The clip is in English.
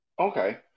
Okay